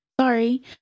sorry